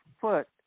foot